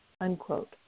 unquote